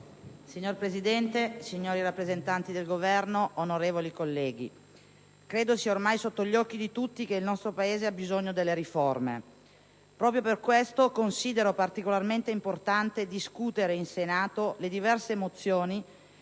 Signor Presidente, signori rappresentanti del Governo, onorevoli colleghi, credo sia ormai sotto gli occhi di tutti che il nostro Paese ha bisogno delle riforme. Proprio per questo considero particolarmente importante discutere in Senato le diverse mozioni